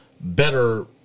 better